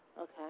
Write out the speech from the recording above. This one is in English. Okay